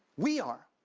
we are.